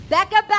Becca